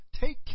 Take